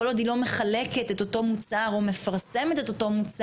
כל עוד היא לא מחלקת את אותו מוצר או מפרסמת את אותו מוצר?